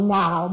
now